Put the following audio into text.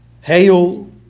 hail